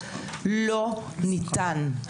לא ניתן.